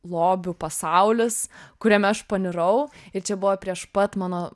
lobių pasaulis kuriame aš panirau ir čia buvo prieš pat mano